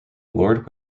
lord